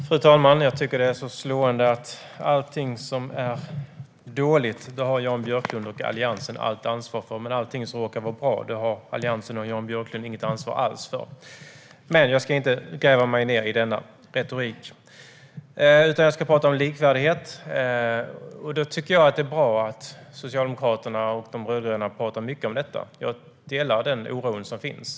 Fru talman! Jag tycker att det är slående att allting som är dåligt har Jan Björklund och Alliansen allt ansvar för, men allting som råkar vara bra har de inget ansvar alls för. Men jag ska inte gräva ned mig i denna retorik, utan jag ska tala om likvärdighet. Jag tycker att det är bra att Socialdemokraterna och de rödgröna talar mycket om detta, och jag delar den oro som finns.